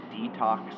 detox